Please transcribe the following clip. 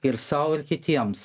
ir sau ir kitiems